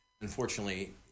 unfortunately